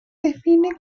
define